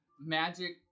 magic